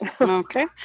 Okay